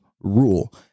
rule